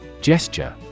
Gesture